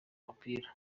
umupira